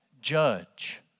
judge